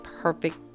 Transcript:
perfect